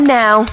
now